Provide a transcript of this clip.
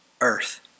earth